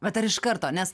bet ar iš karto nes